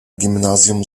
gimnazjum